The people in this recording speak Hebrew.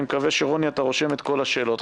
רוני, אני מקווה שאתה רושם את כל השאלות.